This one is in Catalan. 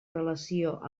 relació